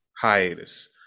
hiatus